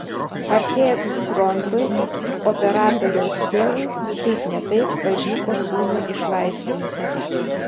artėjant frontui operatoriaus tėvui šiaip ne taip pavyko sūnų išlaisvinti